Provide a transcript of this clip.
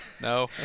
No